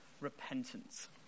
repentance